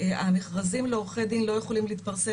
המכרזים לעורכי דין לא יכולים להתפרסם